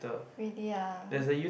really ah